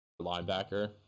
linebacker